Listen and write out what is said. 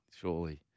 surely